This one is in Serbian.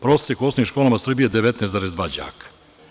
Prosek u osnovnim školama u Srbiji je 19,2 đaka.